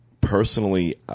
personally